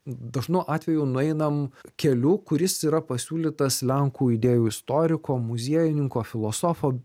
dažnu atveju nueinam keliu kuris yra pasiūlytas lenkų idėjų istoriko muziejininko filosofo